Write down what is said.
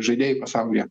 žaidėjai pasaulyje